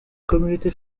communauté